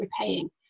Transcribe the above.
repaying